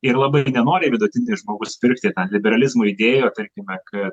ir labai nenoriai vidutinis žmogus pirktų tą liberalizmo idėją tarkime kad